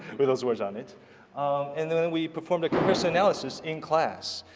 with those words on it and then we performed a person analysis in class.